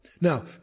Now